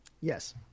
Yes